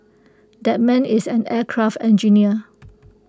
that man is an aircraft engineer